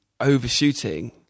overshooting